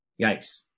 yikes